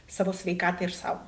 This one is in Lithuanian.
savo sveikatai ir sau